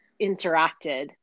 interacted